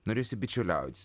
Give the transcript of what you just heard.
norėjosi bičiuliautis